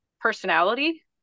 personality